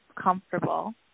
comfortable